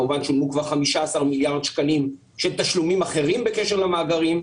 כמובן שולמו כבר 15 מיליארד שקלים של תשלומים אחרים בקשר למאגרים.